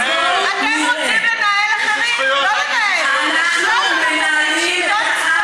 אתם רוצים לנהל אחרים, לא לנהל, על איזה זכויות?